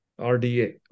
RDA